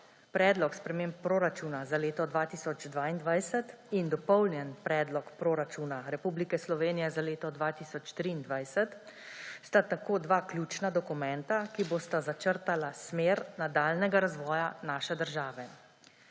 Predlog sprememb proračuna za leto 2022 in Dopolnjen predlog proračuna Republike Slovenije za leto 2023 sta tako dva ključna dokumenta, ki bosta začrtala smer nadaljnjega razvoja naše države.